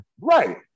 Right